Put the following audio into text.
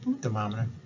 thermometer